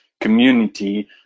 community